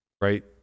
right